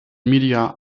media